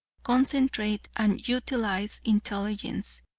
concentrate and utilize intelligence.